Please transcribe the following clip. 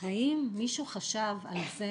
האם מישהו חשב על מה